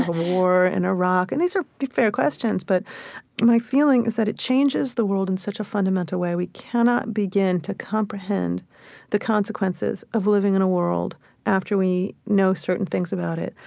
a war in iraq and these are fair questions, but my feeling is that it changes the world in such a fundamental way. we cannot begin to comprehend the consequences of living in a world after we know certain things about it.